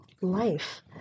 life